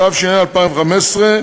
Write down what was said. התשע"ה 2015,